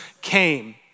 came